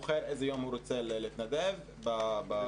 בוחר איזה יום הוא רוצה להתנדב בימי